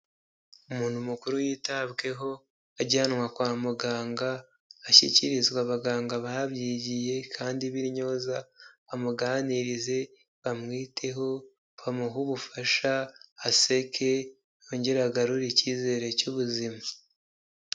Umuntu mukuru yitabweho ajyanwa kwa muganga, ashyikirizwa abaganga babyigiye kandi b'intyoza, bamuganirize bamwiteho bamuhe ubufasha, aseke yongere agarure icyizere cy'ubuzima.